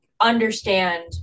understand